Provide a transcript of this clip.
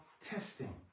testing